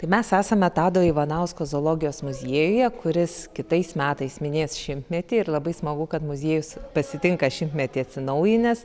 tai mes esame tado ivanausko zoologijos muziejuje kuris kitais metais minės šimtmetį ir labai smagu kad muziejus pasitinka šimtmetį atsinaujinęs